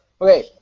Okay